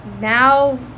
now